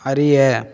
அறிய